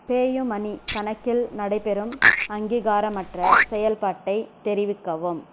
PayUmoney கணக்கில் நடைபெறும் அங்கீகாரமற்ற செயல்பாட்டை தெரிவிக்கவும்